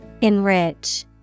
Enrich